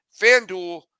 FanDuel